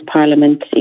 Parliament